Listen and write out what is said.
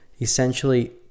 essentially